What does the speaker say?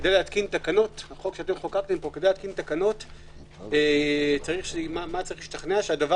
כדי להתקין תקנות חוק שאתם חוקקתם פה - צריך להשתכנע שהדבר